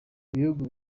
ibihugu